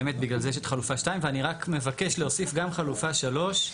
באמת בגלל זה יש את חלופה 2. ואני רק מבקש להוסיף גם חלופה 3,